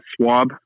swab